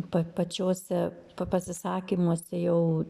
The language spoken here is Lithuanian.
pa pačiuose pasisakymuose jau